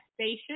station